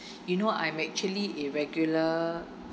you know I'm actually a regular